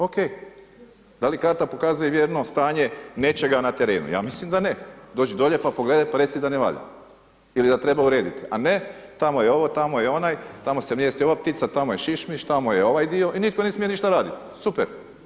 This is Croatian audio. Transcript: OK, da li karta pokazuje vjerno stanje nečega na terenu, ja mislim da ne, dođi dolje pa pogledaj pa reci da ne valja ili da treba urediti, a ne tamo je ovo, tamo je onaj, tamo se mrijesti ova ptica, tamo je šišmiš, tamo je ovaj dio i nitko ne smije ništa raditi, super.